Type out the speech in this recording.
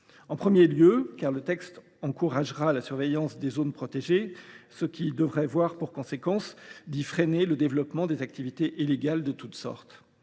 est couverte. Le texte encouragera la surveillance des zones protégées, ce qui devrait permettre d’y freiner le développement des activités illégales de toutes sortes.